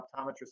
optometrist